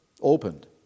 opened